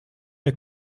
der